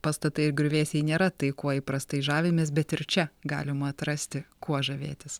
pastatai ir griuvėsiai nėra tai kuo įprastai žavimės bet ir čia galima atrasti kuo žavėtis